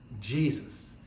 Jesus